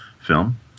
film